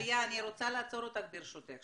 טליה, אני רוצה לעצור אותך, ברשותך.